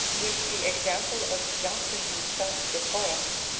with the example of johnson himself before us,